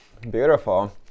Beautiful